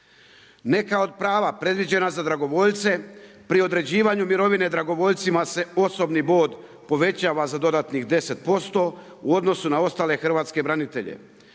Neka od prava predviđena za dragovoljce pri određivanju mirovine dragovoljcima se osobni bod povećava za dodatnih 10% u odnosu na ostale hrvatske branitelje.